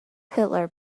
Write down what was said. hitler